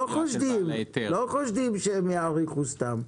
לא חושדים שהם יאריכו סתם.